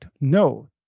No